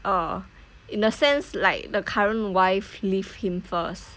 or in a sense like the current wife leave him first